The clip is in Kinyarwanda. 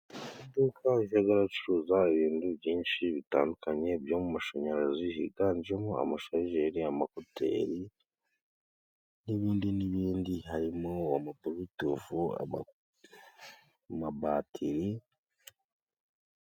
Iduka bajya bcuruza ibintu byinshi bitandukanye byo mu mashanyarazi, higanjemo amashajeri, ekuteri n'ibindi n'ibindi harimo burutufu, bateri. amabatiri